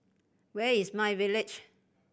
where is myVillage